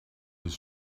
his